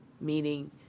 meaning